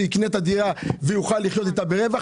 שיקנה את הדירה ויוכל לחיות איתה ברווחה,